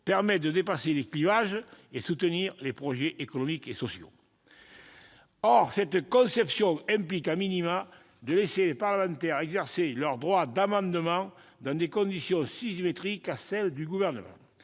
permettent de dépasser les clivages et soutenir les progrès sociaux et économiques. Or cette conception implique de laisser les parlementaires exercer leur droit d'amendement dans des conditions symétriques à celles du Gouvernement.